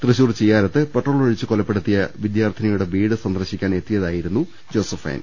തൃശൂർ ചിയ്യാരത്ത് പെട്രോൾ ഒഴിച്ച് കൊലപ്പെടുത്തിയ വിദ്യാർത്ഥിനിയുടെ വീട് സന്ദർശിക്കാനെത്തിയതായിരുന്നു ജോസഫൈൻ